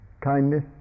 kindness